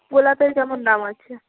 গোলাপের কেমন দাম আছে